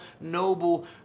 noble